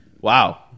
Wow